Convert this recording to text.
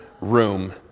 room